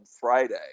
friday